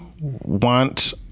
want